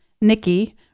Nikki